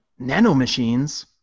Nanomachines